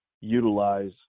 utilize